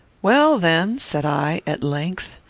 well, then, said i, at length,